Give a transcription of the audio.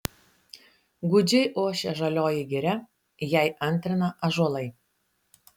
gūdžiai ošia žalioji giria jai antrina ąžuolai